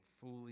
fully